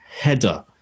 header